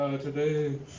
today